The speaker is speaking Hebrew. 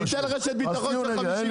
שייתן רשת ביטחון של 50 מיליון.